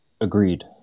agreed